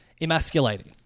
emasculating